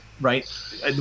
right